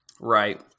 Right